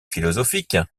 philosophique